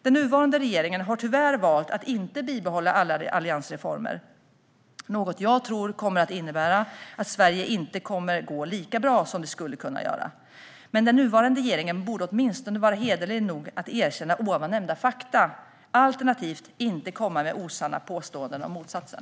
Den nuvarande regeringen har tyvärr valt att inte bibehålla alla alliansreformer, vilket jag tror kommer att innebära att Sverige inte kommer att gå så bra som det skulle kunna göra. Men den nuvarande regeringen borde åtminstone vara hederlig nog att erkänna ovannämnda fakta, alternativt att inte komma med osanna påståenden om motsatsen.